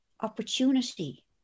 opportunity